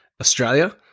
Australia